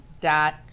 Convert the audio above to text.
dot